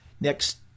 next